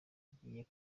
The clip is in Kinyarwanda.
agiye